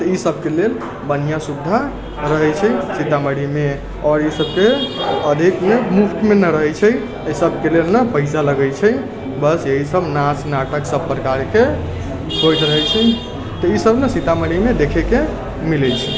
तऽ ई सभके लेल बढ़िआँ सुविधा रहैत छै सीतामढ़ीमे आओर ई सभके अधिकमे मुफ्तमे नहि रहैत छै एहि सभकेँ लेल नहि पैसा लगैत छै बस इएह सभ नास नाटक सभ प्रकारके होइत रहैत छै तऽ ई सभ ने सीतामढ़ीमे देखैके मिलैत छै